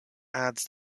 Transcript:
adds